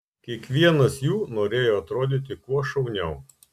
kiekvienas jų norėjo atrodyti kuo šauniau